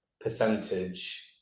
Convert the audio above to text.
percentage